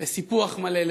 בדרך לסיפוח מלא,